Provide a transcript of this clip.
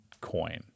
coin